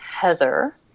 Heather